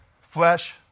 flesh